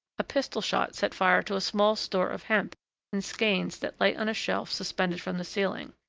a pistol-shot set fire to a small store of hemp in skeins that lay on a shelf suspended from the ceiling.